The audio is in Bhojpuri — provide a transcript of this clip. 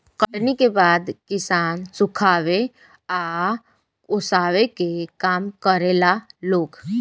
कटनी के बाद किसान सुखावे आ ओसावे के काम करेला लोग